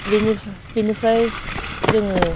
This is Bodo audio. बेनिफ्रा बेनिफ्राय जोङो